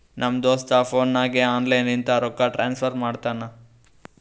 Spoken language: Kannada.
ನಮ್ ದೋಸ್ತ ಫೋನ್ ನಾಗೆ ಆನ್ಲೈನ್ ಲಿಂತ ರೊಕ್ಕಾ ಟ್ರಾನ್ಸಫರ್ ಮಾಡ್ತಾನ